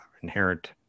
Inherent